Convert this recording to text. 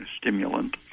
stimulant